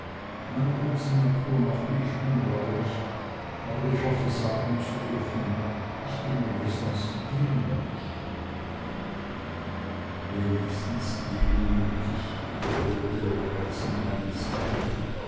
meiner ganzen natur nach bin ich ungläubig aber ich hoffe sagen zu dürfen ich bin wenigstens demütig wenigstens demütig wiederholte lorenzen langsam